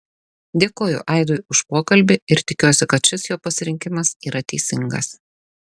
dėkoju aidui už pokalbį ir tikiuosi kad šis jo pasirinkimas yra teisingas